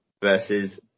versus